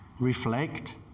reflect